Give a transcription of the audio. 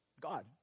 God